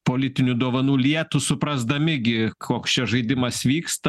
politinių dovanų lietų suprasdami gi koks čia žaidimas vyksta